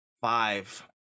five